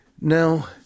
Now